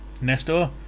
Nestor